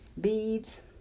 beads